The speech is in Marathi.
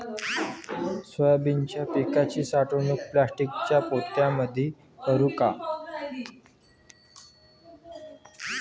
सोयाबीन पिकाची साठवणूक प्लास्टिकच्या पोत्यामंदी करू का?